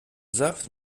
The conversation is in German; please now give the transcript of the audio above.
saft